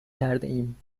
کردهایم